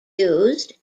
used